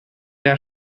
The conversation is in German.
der